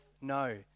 No